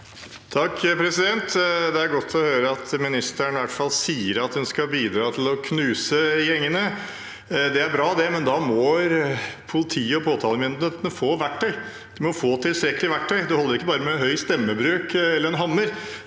(FrP) Det er godt å høre at ministeren i hvert fall sier hun skal bidra til å knuse gjengene. Det er bra, men da må politiet og påtalemyndighetene få verktøy. De må få tilstrekkelige verktøy. Det holder ikke med bare høy stemmebruk eller en hammer.